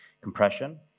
compression